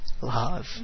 love